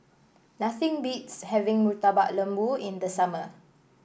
nothing beats having Murtabak Lembu in the summer